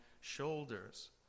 shoulders